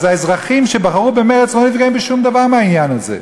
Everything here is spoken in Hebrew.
אז האזרחים שבחרו במרצ לא נפגעים בשום דבר מהעניין הזה.